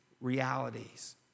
realities